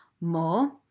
more